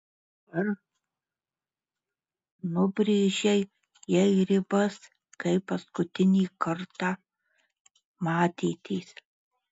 ar nubrėžei jai ribas kai paskutinį kartą matėtės